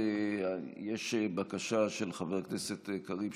יש בקשה של חבר הכנסת קריב,